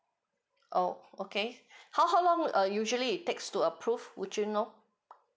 oh okay how how long uh usually it takes to approve would you know